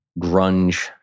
grunge